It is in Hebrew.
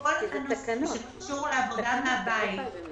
כל מה שקשור לעבודה מן הבית,